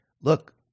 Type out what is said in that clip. look